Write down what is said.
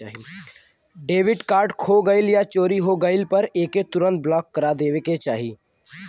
debit card खो गइल या चोरी हो गइले पर एके तुरंत ब्लॉक करा देवे के चाही